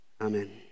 Amen